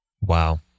Wow